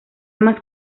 más